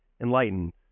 enlightened